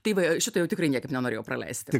tai va šito jau tikrai niekaip nenorėjau praleisti